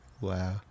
Wow